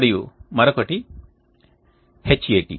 మరియు మరొకటి Hat